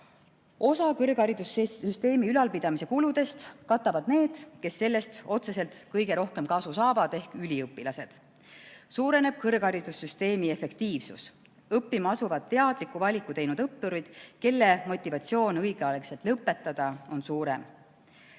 Osa kõrgharidussüsteemi ülalpidamise kuludest katavad need, kes sellest otseselt kõige rohkem kasu saavad ehk üliõpilased. Suureneb kõrgharidussüsteemi efektiivsus, õppima asuvad teadliku valiku teinud õppurid, kelle motivatsioon õigeaegselt lõpetada on suurem.